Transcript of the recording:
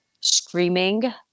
screaming